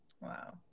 Wow